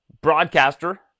broadcaster